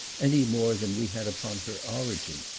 any more than we had upon her origin,